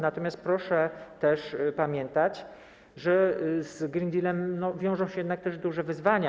Natomiast proszę też pamiętać, że z green dealem wiążą się jednak też duże wyzwania.